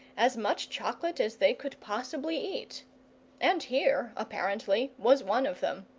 as much chocolate as they could possibly eat and here, apparently, was one of them.